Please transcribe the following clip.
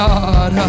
God